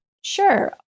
Sure